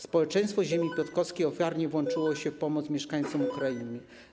Społeczeństwo ziemi piotrkowskiej ofiarnie włączyło się w pomoc mieszkańcom Ukrainy.